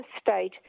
state